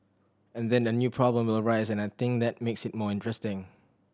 and then a new problem will arise and I think that makes it more interesting